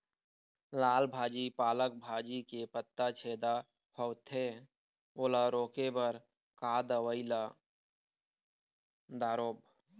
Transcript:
लाल भाजी पालक भाजी के पत्ता छेदा होवथे ओला रोके बर का दवई ला दारोब?